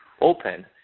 open